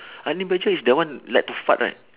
honey badger is the one like to fart right